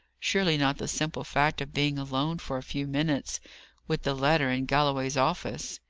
surely not the simple fact of being alone for a few minutes with the letter in galloway's office?